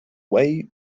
way